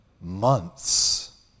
months